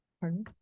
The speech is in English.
Pardon